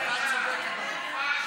אתה צודק, אדוני.